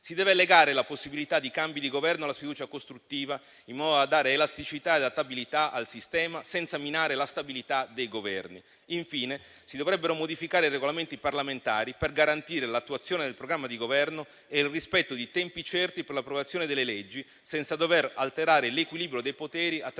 Si deve legare la possibilità di cambi di Governo alla sfiducia costruttiva, in modo da dare elasticità e adattabilità al sistema, senza minare la stabilità dei Governi. Infine, si dovrebbero modificare i Regolamenti parlamentari, per garantire l'attuazione del programma di Governo e il rispetto di tempi certi per l'approvazione delle leggi, senza dover alterare l'equilibrio dei poteri attraverso